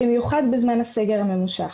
במיוחד בזמן הסגר הממושך,